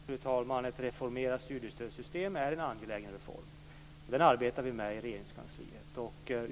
Fru talman! Ett reformerat studiestödssystem är en angelägen reform. Den arbetar vi med i Regeringskansliet.